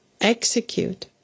Execute